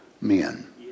men